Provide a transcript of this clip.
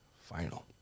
final